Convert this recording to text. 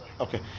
Okay